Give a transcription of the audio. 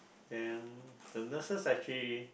then the nurses actually